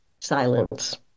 silence